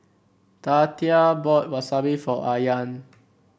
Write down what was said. Tatia bought Wasabi for Ayaan